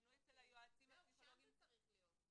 זהו, שם זה צריך להיות.